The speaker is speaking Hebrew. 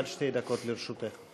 עד שתי דקות לרשותך.